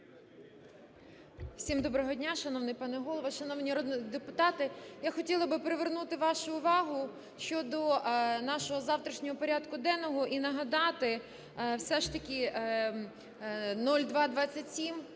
Всім доброго дня! Шановний пане Голово, шановні народні депутати! Я хотіла би привернути вашу увагу щодо нашого завтрашнього порядку денного. І нагадати, все ж таки 0227